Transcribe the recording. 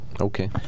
Okay